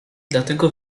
dlatego